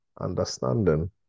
understanding